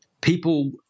people